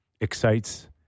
excites